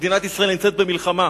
מדינת ישראל נמצאת במלחמה,